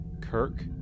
Kirk